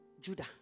Judah